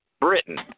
Britain